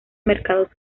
mercados